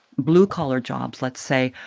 blue-collar jobs, let's say,